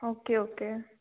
okay okay